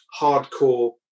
hardcore